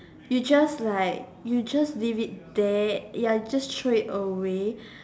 you just like you just leave it there ya you just throw it away